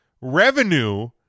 revenue